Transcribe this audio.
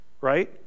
right